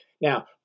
Now